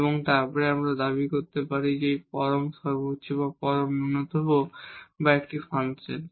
এবং তারপরে আমরা দাবি করতে পারি যে এটি আবসুলিউট মিনিমাম বা আবসুলিউট মাক্সিমাম বা একটি ফাংশন